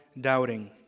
doubting